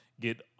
get